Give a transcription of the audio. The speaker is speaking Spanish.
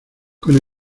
con